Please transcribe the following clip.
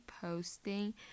posting